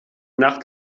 nach